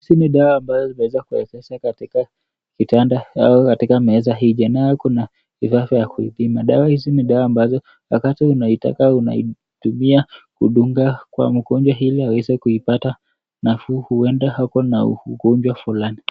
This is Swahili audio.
Hizi ni dawa ambayo zimeweza kuwezesha kuweka katika kitanda au katika meza hii, kuna kifaa ya kuipima, dawa hizi ni dawa ambazo wakati unaitaka unaitumia kudunga kwa mgonjwa ili aweze kuipata nafuu uenda ako na ugonjwa fulani.